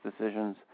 decisions